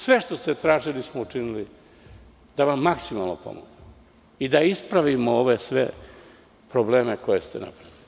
Sve što ste tražili smo učinili da vam maksimalno pomognemo i da ispravimo ove sve probleme koje ste napravili.